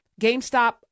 GameStop